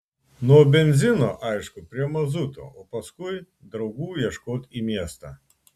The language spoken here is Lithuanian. nuo benzino aišku prie mazuto o paskui draugų ieškot į miestą